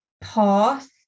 path